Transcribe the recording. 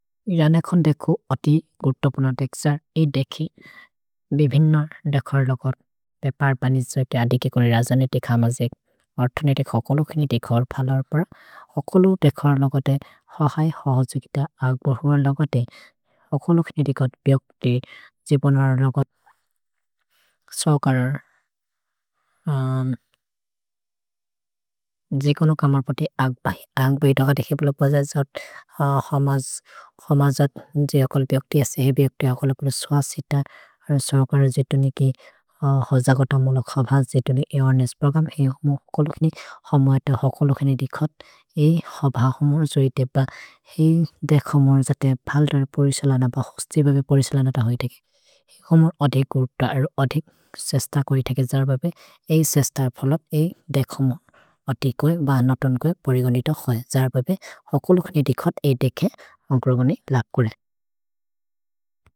इरान् एखोन् देखु अति गुर्तो पुनर् देक्सर्। इ देखि बिभिन्ग्नर् देखर् लगर्। भेपर् बनिसोय् ते अदिकि कुनि रजने देख मजेक्। अर्थुने देख ओकोलु खेनि देखर् फलर् प्रा। ओकोलु देखर् लगते हहै हह छुकित। अग् बोहुर लगते ओकोलु खेनि देखर् ब्यक्ति। जिबुनर् लगत् सोकर् जिकोनु कमर् पति अग् बै। अग् बै दक देखि पोलो बज जत् हमज्। हमज् जत् जे ओकोलु ब्यक्ति असे। हेइ ब्यक्ति ओकोलु कुलु स्वसित। सोकर जितुनि कि हज गत मोलो खभ। जितुनि अवरेनेस्स् प्रोग्रम्। हेइ हमज् कोलु खेनि। हमज् त हकोलु खेनि देखर्। हेइ हभ हमर् जोइ देब्ब। हेइ देख हमर् जते फलरे परिशलन। भ होस्ति बबे परिशलन त होइ देखि। हमर् अधिक् गुर्तो। अरो अधिक् सेश्त कोइ तेके जर् बबे। एइ सेश्त फलब्। हेइ देख हमर्। अधिक् कोइ ब नतन् कोइ परिगनि त होइ। जर् बबे हकोलु खेनि देखर्। हेइ देखे अग्रोगनि लग् कुरे।